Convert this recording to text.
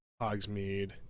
hogsmeade